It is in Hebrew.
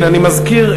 אני מזכיר,